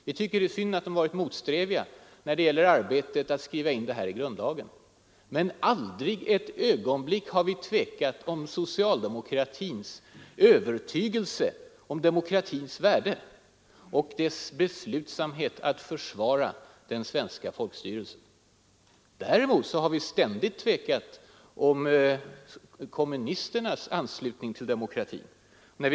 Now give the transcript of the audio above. Vi tycker det är synd att de varit motsträviga när det gäller arbetet att skriva in frioch rättigheterna i grundlagen. Men aldrig ett ögonblick har vi tvekat när det gäller socialdemokratins övertygelse om demokratins värde och dess beslutsamhet att försvara den svenska folkstyrelsen. Däremot har vi ständigt tvekat om kommunisternas anslutning till demokratin.